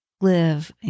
live